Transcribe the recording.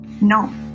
No